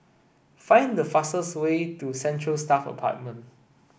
find the fastest way to Central Staff Apartment